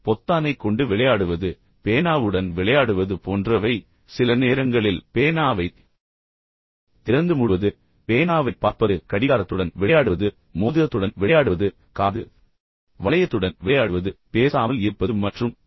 பொத்தானைக் கொண்டு விளையாடுவது பேனாவுடன் விளையாடுவது போன்றவை எனவே சில நேரங்களில் பேனாவைத் திறந்து பின்னர் மூடுவது பேனாவைப் பார்ப்பது கடிகாரத்துடன் விளையாடுவது மோதிரத்துடன் விளையாடுவது காது வளையத்துடன் விளையாடுவது பேசாமல் இருப்பது மற்றும் பல